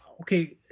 okay